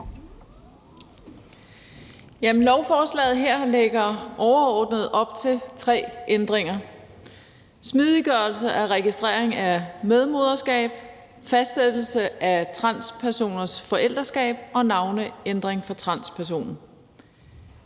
Lovforslaget her lægger overordnet op til tre ændringer: Smidiggørelse af registrering af medmoderskab, fastsættelse af transpersoners forældreskab og navneændring for transpersoner.